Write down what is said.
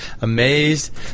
amazed